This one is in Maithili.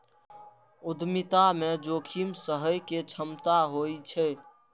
उद्यमिता मे जोखिम सहय के क्षमता होइ छै